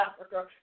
Africa